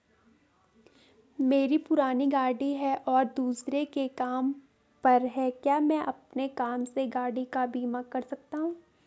मेरी पुरानी गाड़ी है और दूसरे के नाम पर है क्या मैं अपने नाम से गाड़ी का बीमा कर सकता हूँ?